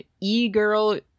E-Girl